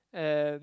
and